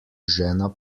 žena